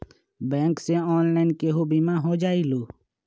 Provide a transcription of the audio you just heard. Bank से online केहु बिमा हो जाईलु?